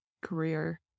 career